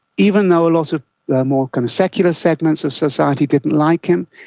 even though a lot of more kind of secular segments of society didn't like him,